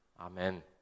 Amen